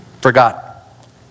forgot